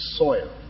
Soil